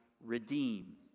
redeem